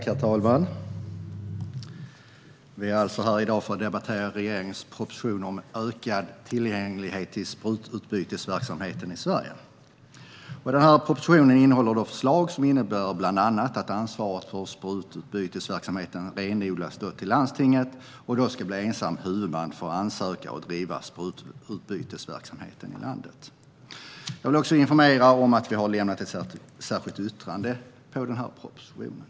Herr talman! Vi är alltså här i dag för att debattera regeringens proposition om ökad tillgänglighet till sprututbytesverksamheter i Sverige. Propositionen innehåller förslag som bland annat innebär att ansvaret för sprututbytesverksamheterna renodlas till landstinget, som då ska bli ensam huvudman för att ansöka om och driva sprututbytesverksamheten i landet. Jag vill informera om att vi har ett särskilt yttrande med anledning av propositionen.